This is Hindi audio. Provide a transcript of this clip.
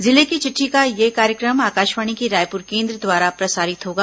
जिले की चिट्ठी का यह कार्यक्रम आकाशवाणी के रायपुर केंद्र द्वारा प्रसारित होगा